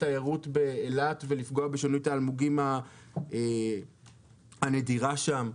התיירות באילת ולפגוע בשונית האלמוגים הנדירה שם.